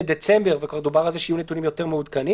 מדצמבר וכבר דובר על כך שיהיו נתונים יותר מעודכנים